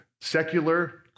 secular